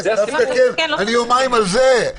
אני יומיים על זה.